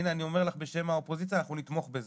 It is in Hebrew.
אני אומר לך בשם האופוזיציה שאנחנו נתמוך בזה.